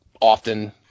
often